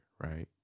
right